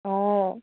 অঁ